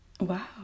wow